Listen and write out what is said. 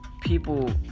people